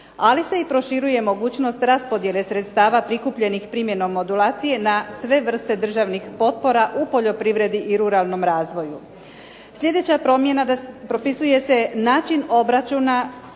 ali se i proširuje mogućnost raspodjele sredstava prikupljenih primjenom modulacije na sve vrste državnih potpora u poljoprivredi i ruralnom razvoju. Sljedeća promjena propisuje se način obračuna